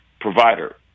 provider